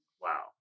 Wow